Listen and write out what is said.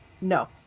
No